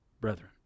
brethren